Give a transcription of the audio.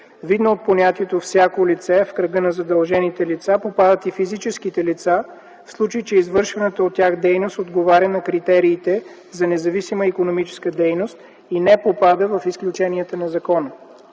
Видно от понятието „всяко лице” в кръга на задължените лица попадат и физическите лица, в случай че извършваната от тях дейност отговаря на критериите за независима икономическа дейност и не попада в изключенията на закона.